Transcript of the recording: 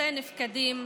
נכסי נפקדים,